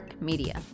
Media